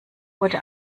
wurde